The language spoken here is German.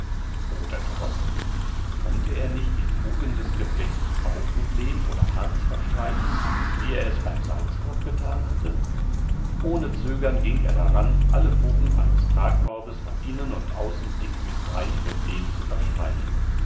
oder doch konnte er nicht die fugen des geflechts auch mit lehm oder harz verstreichen wie er es beim salzkorb getan hatte ohne zögern ging er daran alle fugen eines tragkorbes von innen und außen dick mit breiigem lehm zu verstreichen